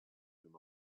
him